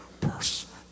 person